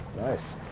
nice.